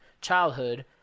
childhood